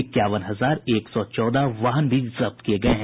इक्यावन हजार एक सौ चौदह वाहन भी जब्त किये गये हैं